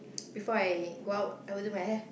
before I go out I will do my hair